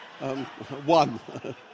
one